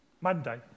Monday